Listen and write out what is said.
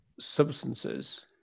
substances